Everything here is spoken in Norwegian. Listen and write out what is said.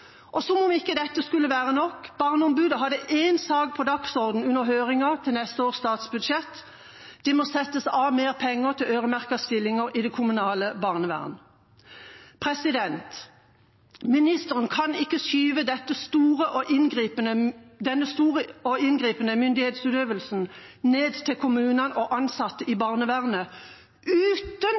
Og som om dette ikke skulle være nok – barneombudet hadde én sak på dagsordenen under høringen til neste års statsbudsjett: Det må settes av mer penger til øremerkede stillinger i det kommunale barnevernet. Ministeren kan ikke skyve denne store og inngripende myndighetsøvelsen ned til kommunene og ansatte i barnevernet uten